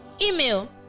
email